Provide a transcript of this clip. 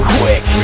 Quick